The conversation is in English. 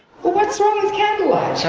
what's wrong with candlelight?